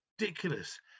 ridiculous